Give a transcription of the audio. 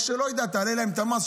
או שתעלה להם את המס,